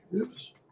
Oops